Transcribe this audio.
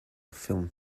film